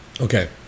Okay